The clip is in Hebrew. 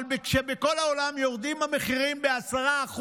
אבל כשבכל העולם יורדים המחירים ב-10%,